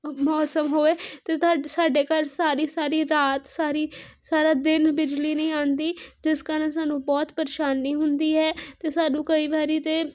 ਮੌਸਮ ਹੋਵੇ ਤਾਂ ਤੁਹਾਡੇ ਸਾਡੇ ਘਰ ਸਾਰੀ ਸਾਰੀ ਰਾਤ ਸਾਰੀ ਸਾਰਾ ਦਿਨ ਬਿਜਲੀ ਨਹੀਂ ਆਉਂਦੀ ਜਿਸ ਕਾਰਨ ਸਾਨੂੰ ਬਹੁਤ ਪ੍ਰੇਸ਼ਾਨੀ ਹੁੰਦੀ ਹੈ ਅਤੇ ਸਾਨੂੰ ਕਈ ਵਾਰ ਤਾਂ